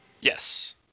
Yes